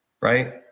right